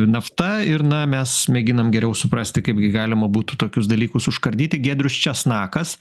nafta ir na mes mėginam geriau suprasti kaip gi galima būtų tokius dalykus užkardyti giedrius česnakas